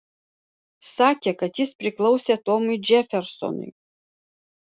sakė kad jis priklausė tomui džefersonui